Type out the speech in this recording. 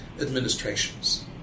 administrations